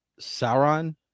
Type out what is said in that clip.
Sauron